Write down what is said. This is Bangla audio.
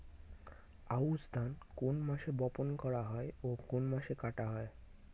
আউস ধান কোন মাসে বপন করা হয় ও কোন মাসে কাটা হয়?